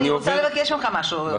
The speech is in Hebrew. אני רוצה להגיד לך משהו.